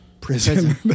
Prison